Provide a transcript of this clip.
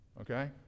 Okay